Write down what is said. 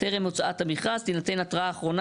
טרם הוצאת המכרז תינתן התראה אחרונה